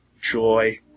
joy